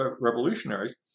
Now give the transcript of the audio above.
revolutionaries